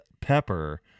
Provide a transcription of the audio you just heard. pepper